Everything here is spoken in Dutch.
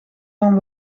van